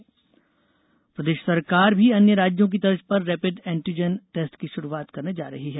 rapid test प्रदेश सरकार भी अन्य राज्यों की तर्ज पर रैपिड एंटीजन टेस्ट की शुरूआत करने जा रही है